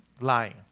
lying